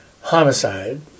homicide